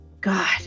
God